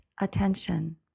attention